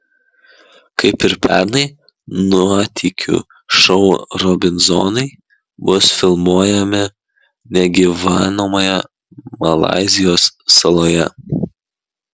kaip ir pernai nuotykių šou robinzonai bus filmuojami negyvenamoje malaizijos saloje